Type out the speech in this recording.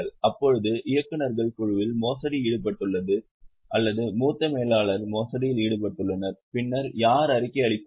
இப்போது இயக்குநர்கள் குழு மோசடியில் ஈடுபட்டுள்ளது அல்லது மூத்த மேலாளர்கள் மோசடியில் ஈடுபட்டுள்ளனர் பின்னர் யார் அறிக்கை அளிப்பார்கள்